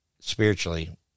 spiritually